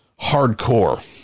hardcore